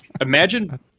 Imagine